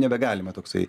nebegalima toksai